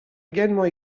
également